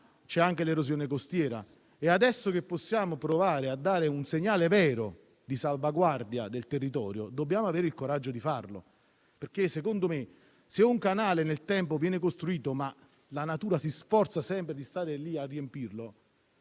(c'è anche l'erosione costiera) e adesso che possiamo dare un segnale vero di salvaguardia del territorio, dobbiamo avere il coraggio di farlo. Secondo me, se un canale nel tempo viene costruito, ma la natura si sforza sempre di riempirlo,